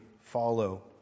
follow